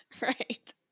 right